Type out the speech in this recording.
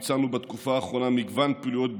ביצענו בתקופה האחרונה מגוון פעילויות,